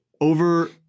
over